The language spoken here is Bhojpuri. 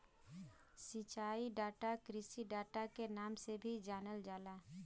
सिंचाई डाटा कृषि डाटा के नाम से भी जानल जाला